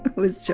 with so